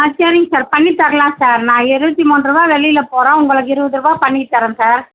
ஆ சரிங்க சார் பண்ணி தரலான் சார் நான் இருபத்தி மூன்ரூவா வெளியில போட்றோம் உங்களுக்கு இருபது ரூபா பண்ணி தர்றோம் சார்